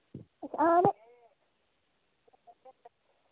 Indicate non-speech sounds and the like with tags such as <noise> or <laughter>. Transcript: <unintelligible>